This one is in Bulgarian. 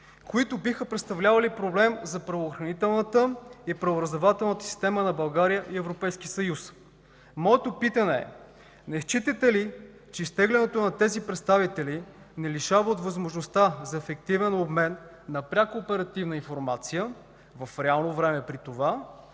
които биха представлявали проблем за правоохранителната и правораздавателната система на България и Европейския съюз. Моето питане е: не считате ли, че изтеглянето на тези представители ни лишава от възможността за ефективен обмен на пряка оперативна информация в реално време при това